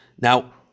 now